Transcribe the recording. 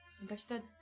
Understood